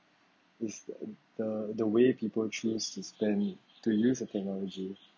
is the the way people choose to spend to use the technology